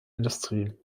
industrie